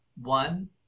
One